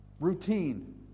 Routine